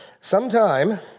Sometime